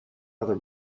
other